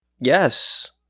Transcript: Yes